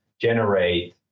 generate